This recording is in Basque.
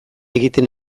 egiten